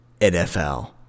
NFL